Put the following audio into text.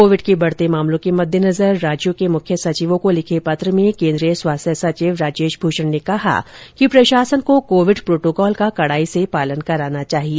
Covid के बढ़ते मामलों के मद्देनजर राज्यों के मुख्य सचिवों को लिखे पत्र में केन्द्रीय स्वास्थ्य सचिव राजेश भूषण ने कहा है कि प्रशासन को कोविड प्रोटोकाल का कड़ाई से पालन कराना चाहिए